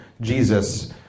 Jesus